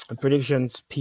predictions